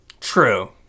True